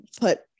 put